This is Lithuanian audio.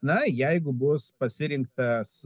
na jeigu bus pasirinktas